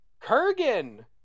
Kurgan